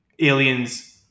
aliens